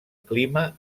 clima